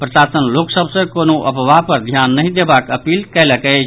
प्रशासन लोक सभ सँ कोनो अफवाह पर ध्यान नहि देबाक अपील कयलक अछि